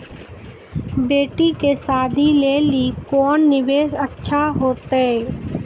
बेटी के शादी लेली कोंन निवेश अच्छा होइतै?